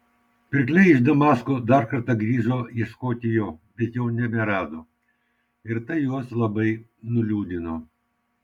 pirkliai iš damasko dar kartą grįžo ieškoti jo bet jau neberado ir tai juos labai nuliūdino